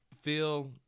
feel